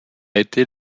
été